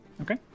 Okay